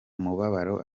umubabaro